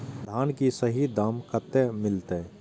धान की सही दाम कते मिलते?